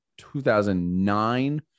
2009